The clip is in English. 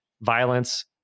violence